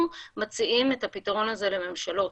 אנחנו מציעים את הפתרון הזה לממשלות.